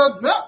no